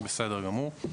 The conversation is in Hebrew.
בסדר גמור.